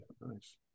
Nice